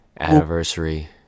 anniversary